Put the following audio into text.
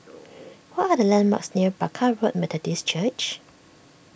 what are the landmarks near Barker Road Methodist Church